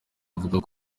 avuga